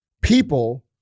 people